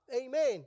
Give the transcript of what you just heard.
Amen